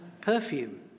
perfume